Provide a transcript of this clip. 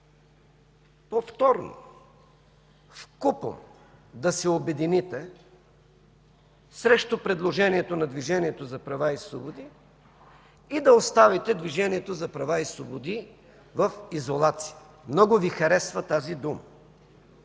повторно, вкупом да се обедините срещу предложението на Движението за права и свободи и да оставите Движението за права и свободи в изолация. Много Ви харесва тази дума.